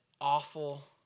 awful